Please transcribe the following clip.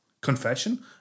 Confession